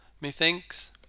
methinks